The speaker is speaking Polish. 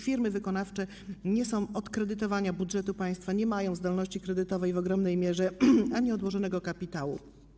Firmy wykonawcze nie są od kredytowania budżetu państwa, nie mają zdolności kredytowej w ogromnej mierze ani odłożonego kapitału.